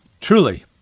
truly